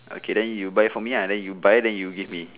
okay then you buy for me ah then you buy then you give me